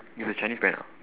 it's a chinese brand ah